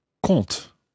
compte